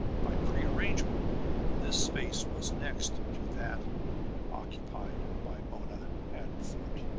by prearrangement this space was next to that occupied by mona and fort.